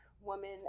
woman